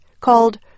called